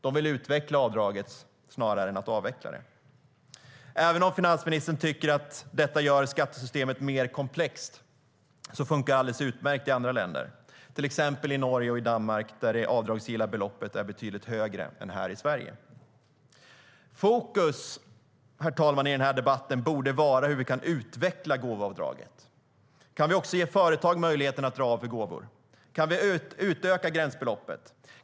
De vill utveckla avdraget snarare än att avveckla det. Även om finansministern tycker att detta gör skattesystemet mer komplext så funkar det alldeles utmärkt i andra länder, till exempel i Norge och i Danmark, där det avdragsgilla beloppet är betydligt högre än här i Sverige. Herr talman! Fokus i den här debatten borde vara hur vi kan utveckla gåvoavdraget. Kan vi också ge företag möjlighet att dra av för gåvor? Kan vi utöka gränsbeloppet?